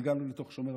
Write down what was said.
התגלגלנו לשומר חומות.